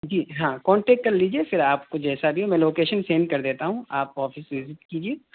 جی ہاں کونٹیکٹ کر لیجیے پھر آپ کو جیسا بھی میں لوکیشن سینڈ کر دیتا ہوں آپ آفس میں وزٹ کیجیے